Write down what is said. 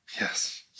Yes